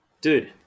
Dude